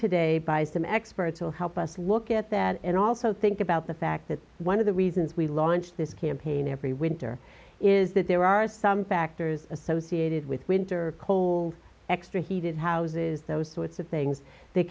today by some experts will help us look at that and also think about the fact that one of the reasons we launched this campaign every winter is that there are some factors associated with winter cold extra heated houses those sorts of things they